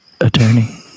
attorney